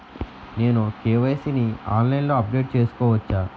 నేను నా కే.వై.సీ ని ఆన్లైన్ లో అప్డేట్ చేసుకోవచ్చా?